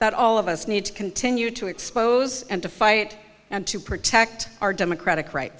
that all of us need to continue to expose and to fight and to protect our democratic right